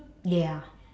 ya